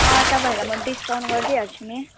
अँ तपाईँहरूलाई म डिस्काउन्ट गरिदिइहाल्छु नि